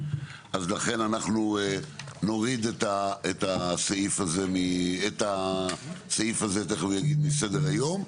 אז לכן אנחנו נוריד את הסעיף הזה את הסעיף הזה תכף הוא יגיד מסדר היום.